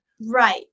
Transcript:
Right